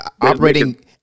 operating